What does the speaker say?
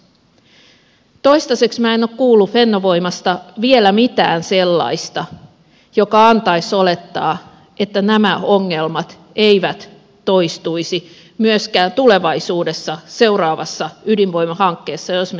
toistaiseksi minä en ole kuullut fennovoimasta vielä mitään sellaista joka antaisi olettaa että nämä ongelmat eivät toistuisi myöskään tulevaisuudessa seuraavassa ydinvoimahankkeessa jos me siihen lähdemme